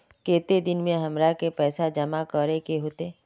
केते दिन में हमरा के पैसा जमा करे होते?